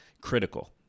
critical